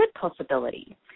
possibility